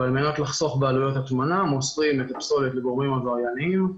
ועל מנת לחסוך בעלויות הטמנה מוסרים את הפסולת לגורמים עברייניים,